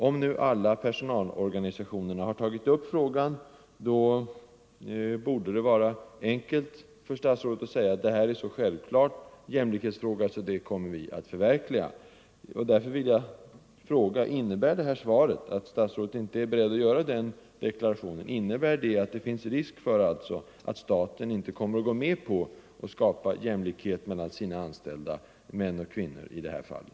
Om nu alla personalorganisationer tagit upp saken, borde det vara enkelt för statsrådet att säga att det är en så uppenbar jämlikhetsfråga, att vi kommer att förverkliga önskemålet.